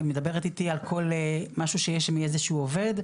היא מדברת איתי על כל משהו שיש עם איזה שהוא עובד,